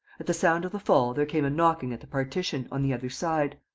at the sound of the fall there came a knocking at the partition, on the other side.